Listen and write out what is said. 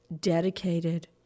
dedicated